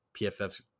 PFF's